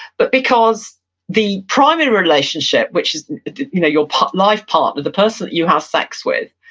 but because the primary relationship, which is you know your life partner, the person that you have sex with,